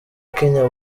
kenya